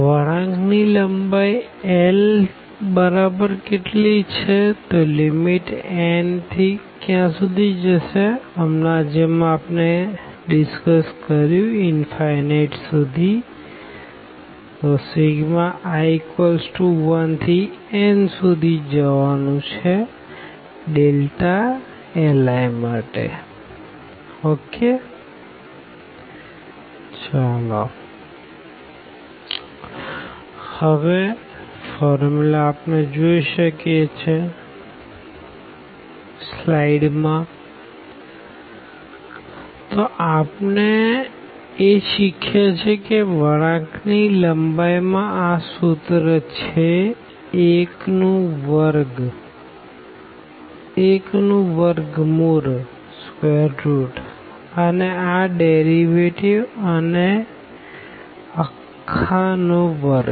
વળાંક ની લંબાઈ Ln→∞i1nli થી Ln→∞i1n1fi2xi ab1fx2dx તો આપણે એ શીખ્યા છે કે વળાંક ની લંબાઈ માં સૂત્ર આ છે 1નું વર્ગ મૂળઅને આ ડેરીવેટીવ અને અખા નો વર્ગ